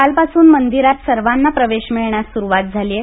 काल पासून मंदिरात सर्वांना प्रवेश मिळण्यास सुरूवात झाली आहे